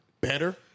better